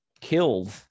killed